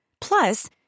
Plus